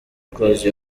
close